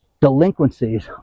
Delinquencies